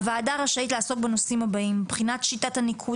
הוועדה רשאית לעסוק בנושאים הבאים: 1. בחינת שיטת הניקוד